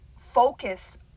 focus